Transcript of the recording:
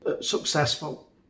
successful